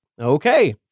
Okay